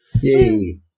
Yay